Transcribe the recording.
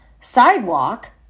sidewalk